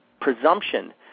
presumption